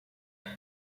loop